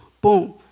Boom